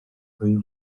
ddwy